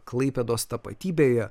klaipėdos tapatybėje